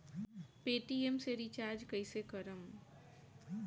Paytm से recharge कईसे करम?